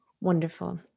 Wonderful